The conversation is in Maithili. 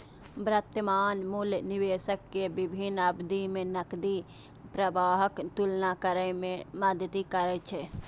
वर्तमान मूल्य निवेशक कें विभिन्न अवधि मे नकदी प्रवाहक तुलना करै मे मदति करै छै